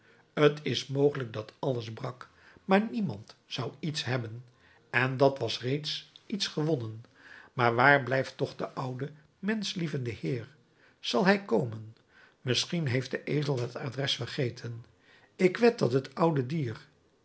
t is mogelijk dat alles brak maar niemand zou iets hebben en dat was reeds iets gewonnen maar waar blijft toch de oude menschlievende heer zal hij komen misschien heeft de ezel het adres vergeten ik wed dat het oude dier